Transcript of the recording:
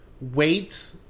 wait